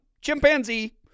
Chimpanzee